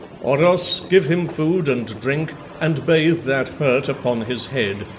oros, give him food and drink and bathe that hurt upon his head.